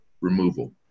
removal